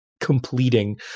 completing